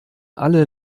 alle